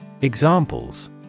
Examples